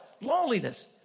Loneliness